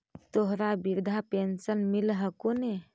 तोहरा वृद्धा पेंशन मिलहको ने?